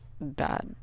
bad